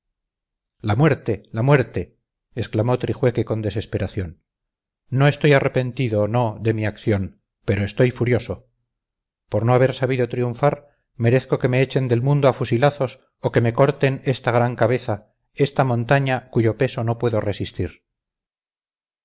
la muerte la muerte exclamó trijueque con desesperación no estoy arrepentido no de mi acción pero estoy furioso por no haber sabido triunfar merezco que me echen del mundo a fusilazos o que me corten esta gran cabeza esta montaña cuyo peso no puedo resistir